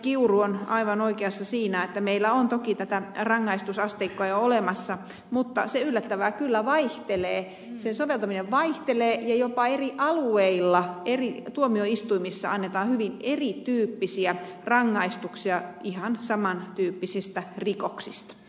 kiuru on aivan oikeassa siinä että meillä on toki tätä rangaistusasteikkoa jo olemassa mutta se yllättävää kyllä vaihtelee sen soveltaminen vaihtelee ja jopa eri alueilla eri tuomioistuimissa annetaan hyvin erityyppisiä rangaistuksia ihan saman tyyppisistä rikoksista